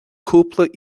cúpla